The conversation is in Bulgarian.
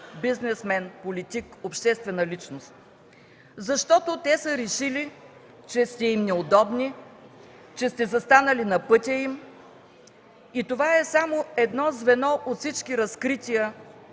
бизнесмен, политик, обществена личност, защото те са решили, че сте им неудобни, че сте застанали на пътя им и това е само едно звено от всички разкрития